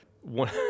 one